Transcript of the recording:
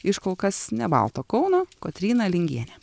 iš kol kas ne balto kauno kotryna lingienė